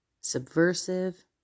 subversive